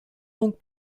donc